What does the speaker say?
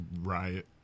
riot